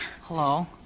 Hello